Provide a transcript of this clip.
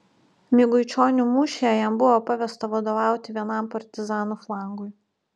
miguičionių mūšyje jam buvo pavesta vadovauti vienam partizanų flangui